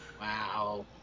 Wow